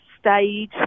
stage